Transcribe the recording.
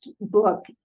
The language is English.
book